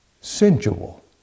sensual